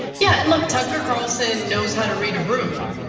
yeah, and look, tucker carlson knows how to read a room,